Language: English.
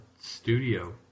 studio